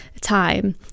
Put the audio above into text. time